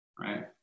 right